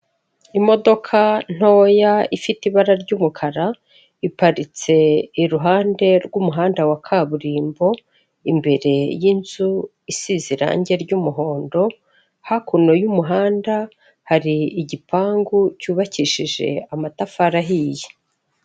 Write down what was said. Imodoka ntoya ifite ibara ry'umukara, iparitse iruhande rw'umuhanda wa kaburimbo, imbere y'inzu isize irangi ry'umuhondo, hakuno y'umuhanda hari igipangu cyubakishije amatafari ahiye.